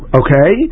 okay